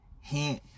Hint